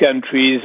countries